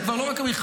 זה כבר לא המלחמה,